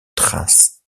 thrace